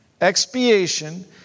Expiation